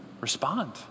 respond